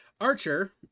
Archer